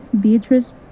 Beatrice